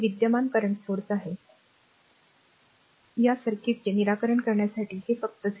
हे विद्यमान करंट स्त्रोत आहे या सर्किटचे निराकरण करण्यासाठी हे फक्त 0